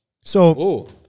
So-